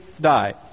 die